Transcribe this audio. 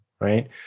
right